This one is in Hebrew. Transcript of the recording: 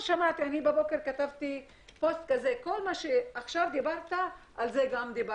היום בבוקר כתבתי פוסט על כל מה שדברת עליו.